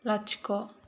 लाथिख'